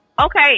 okay